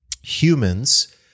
humans